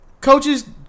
Coaches